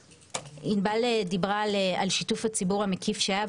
עינבל דיברה על שיתוף הציבור המקיף שהיה,